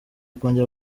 kongera